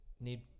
need